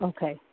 Okay